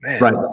right